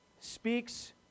speaks